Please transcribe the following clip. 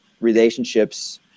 relationships